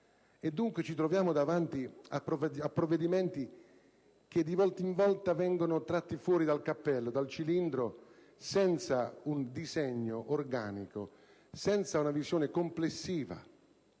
dunque ci troviamo davanti a provvedimenti che di volta in volta vengono estratti fuori dal cappello, dal cilindro senza un disegno organico, una visione complessiva